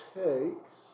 takes